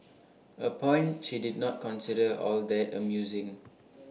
A point she did not consider all that amusing